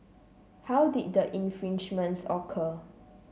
how did the infringements occur